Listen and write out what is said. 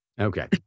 Okay